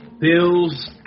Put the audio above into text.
Bills